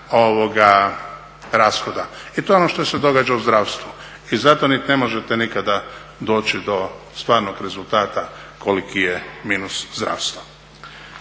rashoda i to je ono što se događa u zdravstvu i zato niti ne možete nikada doći do stvarnog rezultata koliki je minus zdravstva.